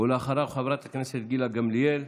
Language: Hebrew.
אחריו, חברת הכנסת גילה גמליאל.